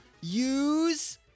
Use